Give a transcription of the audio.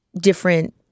different